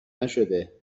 نشده